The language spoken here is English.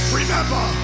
remember